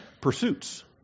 pursuits